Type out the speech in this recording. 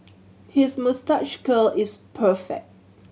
his moustache curl is perfect